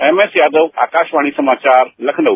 एमएसयादव आकाशवाणी समाचार लखनऊ